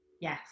yes